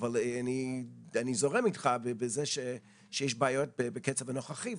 אבל אני זורם איתך על זה שיש בעיות בקצב הנוכחי,